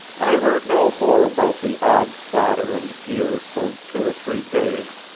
i heard no more about the odd platter and gear for two or three days,